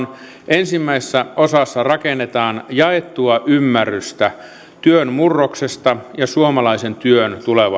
ensimmäisessä osassa rakennetaan jaettua ymmärrystä työn murroksesta ja suomalaisen työn